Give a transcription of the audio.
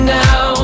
now